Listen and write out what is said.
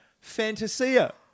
Fantasia